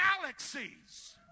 galaxies